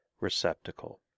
receptacle